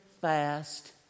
fast